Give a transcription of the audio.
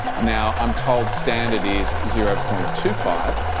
now i'm told standard is zero point two five.